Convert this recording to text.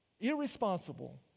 irresponsible